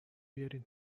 بیارین